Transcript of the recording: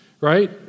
right